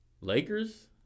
Lakers